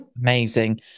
Amazing